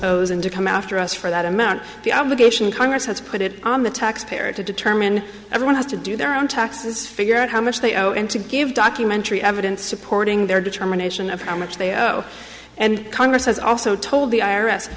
us to come after us for that amount the obligation congress has put it on the taxpayer to determine everyone has to do their own taxes figure out how much they owe and to give documentary evidence supporting their determination of how much they owe and congress has also told